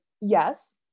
yes